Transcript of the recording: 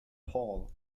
paul